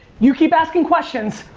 you keep asking questions,